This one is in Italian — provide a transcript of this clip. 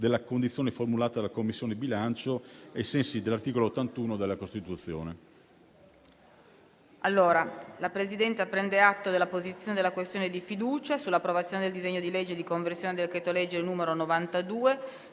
della condizione formulata dalla Commissione bilancio ai sensi dell'articolo 81 della Costituzione.